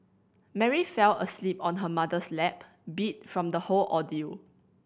Mary fell asleep on her mother's lap beat from the whole ordeal